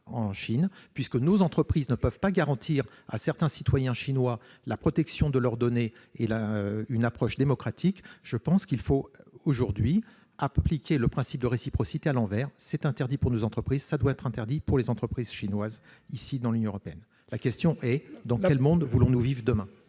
puisque nos entreprises ne peuvent pas garantir à certains citoyens chinois la protection de leurs données et une approche démocratique, il faut appliquer le principe de réciprocité à l'envers : ce qui est interdit pour nos entreprises doit être interdit pour les entreprises chinoises au sein de l'Union européenne. Je pose la question : dans quel monde voulons-nous vivre demain ?